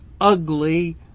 ugly